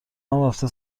رفته